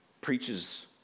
Preaches